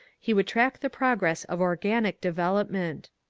he would track the progress of organic development.